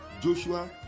Joshua